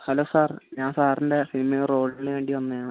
hello sir ഞാൻ സാറിൻ്റെ സിനിമയിൽ റോളിനു വേണ്ടി വന്നതാണ്